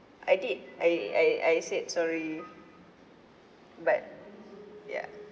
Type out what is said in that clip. I did I I I said sorry but ya